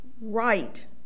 right